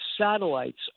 satellites